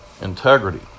integrity